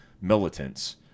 militants